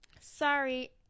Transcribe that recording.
Sorry